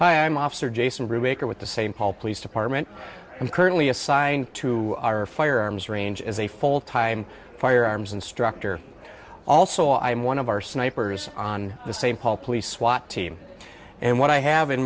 hi i'm officer jason ruger with the same paul police department i'm currently assigned to our firearms range as a full time firearms instructor also i am one of our snipers on the same paul police swat team and what i have in